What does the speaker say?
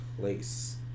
Place